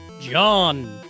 John